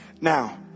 Now